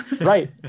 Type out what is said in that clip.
Right